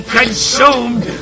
consumed